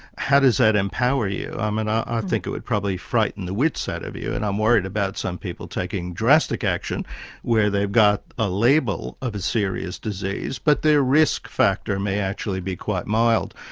how does that empower you? i mean i think it would probably frighten the wits out of you and i'm worried about some people taking drastic action where they've got a label of a serious disease, but their risk factor may actually be quite mild.